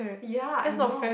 ya I know